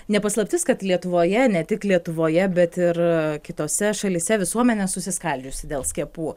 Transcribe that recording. ne paslaptis kad lietuvoje ne tik lietuvoje bet ir kitose šalyse visuomenė susiskaldžiusi dėl skiepų